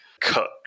cut